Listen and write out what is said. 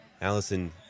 Allison